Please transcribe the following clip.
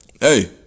hey